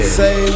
say